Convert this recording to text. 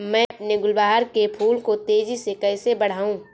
मैं अपने गुलवहार के फूल को तेजी से कैसे बढाऊं?